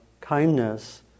kindness